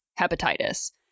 hepatitis